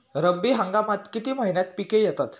रब्बी हंगामात किती महिन्यांत पिके येतात?